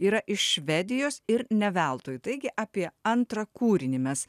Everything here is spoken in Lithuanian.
yra iš švedijos ir ne veltui taigi apie antrą kūrinį mes